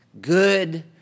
good